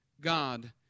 God